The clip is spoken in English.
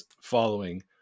following